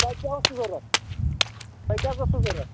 تۄہہِ کیٛاہ اوسو ضروٗرت تۄہہِ کیٛاہ حظ اوسو ضروٗرَت